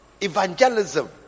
evangelism